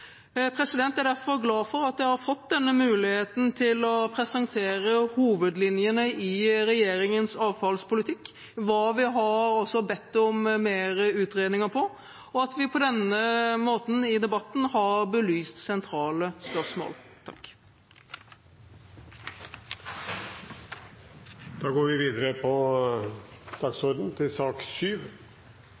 Jeg er derfor glad for at jeg har fått denne muligheten til å presentere hovedlinjene i regjeringens avfallspolitikk, som vi også har bedt om flere utredninger til, og at vi på denne måten i debatten har belyst sentrale spørsmål. Da